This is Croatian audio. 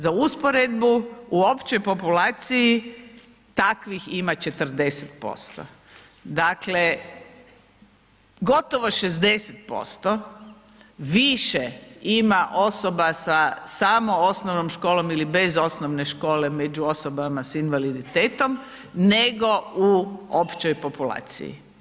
Za usporedbu u općoj populaciji takvih ima 40% dakle, gotovo 60% više ima osoba samo sa osnovnom školom ili bez osnovne škole među osobama s invaliditetom, nego u općoj populaciji.